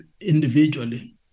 individually